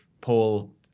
Paul